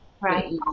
Right